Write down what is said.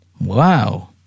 Wow